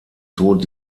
tod